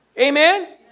Amen